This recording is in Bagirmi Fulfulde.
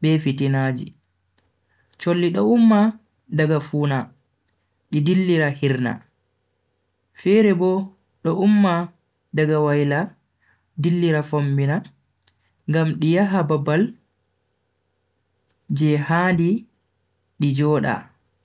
be fitinaji. cholli do umma daga fuuna di dillira hirna, fere bo do umma daga waila dillira fombina ngam di yaha babal je handi di joda.